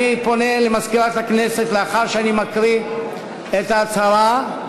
אני פונה למזכירת הכנסת לאחר שאני מקריא את ההצהרה,